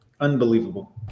unbelievable